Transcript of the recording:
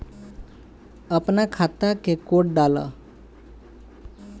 अपना खाता के कोड डाला